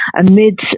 amid